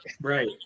Right